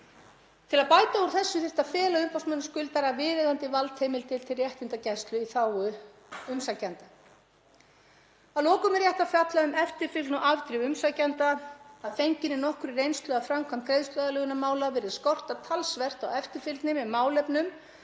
Til að bæta úr þessu þyrfti að fela umboðsmanni skuldara viðeigandi valdheimildir til réttindagæslu í þágu umsækjenda. Að lokum er rétt að fjalla um eftirfylgni og afdrif umsækjenda. Að fenginni nokkurri reynslu af framkvæmd greiðsluaðlögunarmála virðist skorta talsvert á eftirfylgni með málefnum